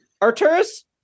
Arturus